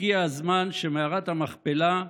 הגיע הזמן שמערת המכפלה,